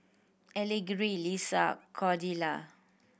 Leesa Cordelia